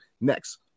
next